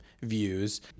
views